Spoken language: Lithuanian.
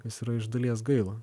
kas yra iš dalies gaila